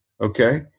Okay